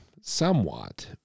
somewhat